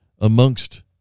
amongst